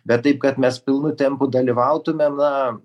bet taip kad mes pilnu tempu dalyvautumėm na